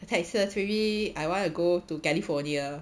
texas really I want to go to california